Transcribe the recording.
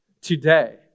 Today